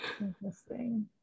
interesting